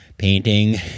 painting